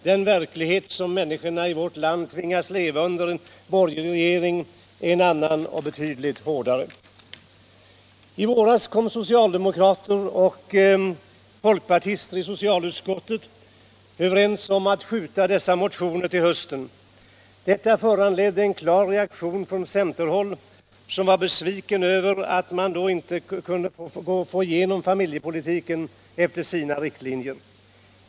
Den verklighet, som människorna i vårt land tvingas leva i under en borgerlig regering, är en annan och betydligt hårdare sak. I våras kom socialdemokrater och folkpartister i socialutskottet överens om att skjuta på de motioner vi nu talar om till hösten. Detta föranledde en klar reaktion från centerhåll, där man var besviken över att då inte få familjepolitiken genomförd efter sina linjer.